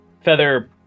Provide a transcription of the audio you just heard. Feather